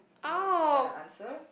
you want you want the answer